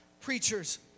preachers